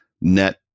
net